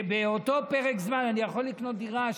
באותו פרק זמן, אני יכול לקנות דירה.